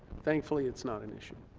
thankfully it's not an issue